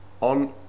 on